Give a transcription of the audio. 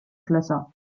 schlösser